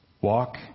walk